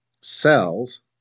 cells